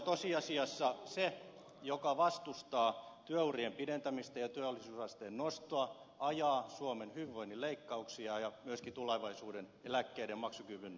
tosiasiassa se joka vastustaa työurien pidentämistä ja työllisyysasteen nostoa ajaa suomen hyvinvoinnin leikkauksia ja myöskin tulevaisuuden eläkkeidenmaksukyvyn alentamista